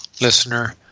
listener